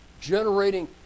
generating